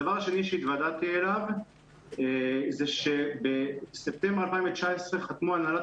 הדבר השני שהתוודעתי אליו זה שבספטמבר 2019 חתמו הנהלת